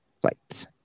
Flights